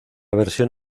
versión